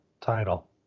title